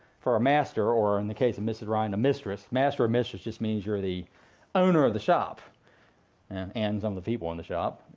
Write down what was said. for a master, or in the case of mrs. rind, a mistress, master or mistress just means you're the owner of the shop and and some of the people in the shop.